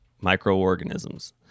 microorganisms